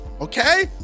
Okay